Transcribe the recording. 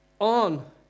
on